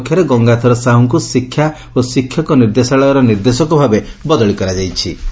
ଅନ୍ୟପକ୍ଷରେ ଗଙ୍ଗାଧର ସାହୁଙ୍କୁ ଶିକ୍ଷା ଓ ଶିକ୍ଷକ ନିର୍ଦ୍ଦେଶାଳୟର ନିର୍ଦ୍ଦେଶକ ଭାବେ ବଦଳି କରାଯାଇଛି